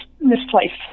misplaced